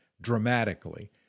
dramatically